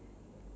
apa